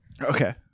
Okay